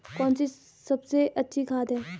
कौन सी सबसे अच्छी खाद है?